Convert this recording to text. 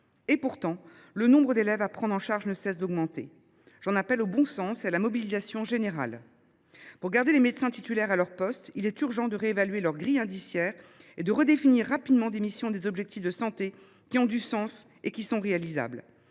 Et pourtant, le nombre d’élèves à prendre en charge ne cesse d’augmenter. J’en appelle au bon sens et à la mobilisation générale. Pour garder les médecins titulaires à leur poste, il est urgent de réévaluer leur grille indiciaire et de redéfinir rapidement des missions et des objectifs de santé qui ont du sens et qui sont réalisables.